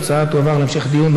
ההצעה תועבר להמשך דיון,